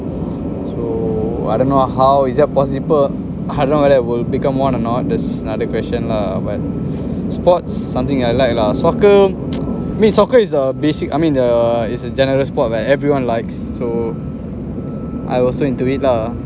so I don't know how is that possible will become one or not that's another question lah but sports something I like lah soccer I mean soccer is a basic I mean err is a general sports where everyone likes so I was still into it lah